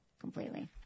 completely